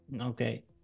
okay